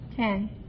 Ten